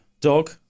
Dog